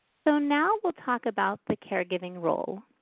so now we'll talk about the caregiving role.